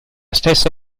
stessa